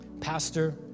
Pastor